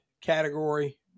category